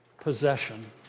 possession